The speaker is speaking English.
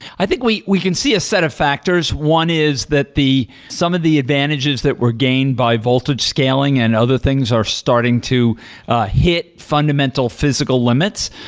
i think we we can see a set of factors. one is that the some of the advantages that were gained by voltage scaling and other things are starting to ah hit fundamental physical limits.